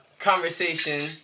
Conversation